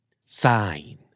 Sign